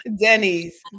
Denny's